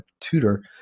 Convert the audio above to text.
tutor